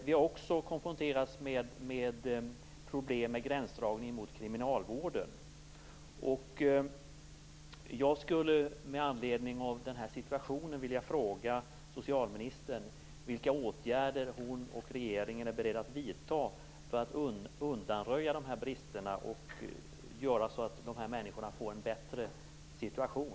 Vi har också konfronterats med problem med gränsdragning mot kriminalvården.